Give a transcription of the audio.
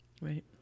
Right